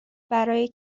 برای